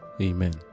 Amen